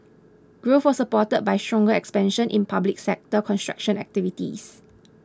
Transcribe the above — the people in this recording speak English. growth was supported by stronger expansion in public sector construction activities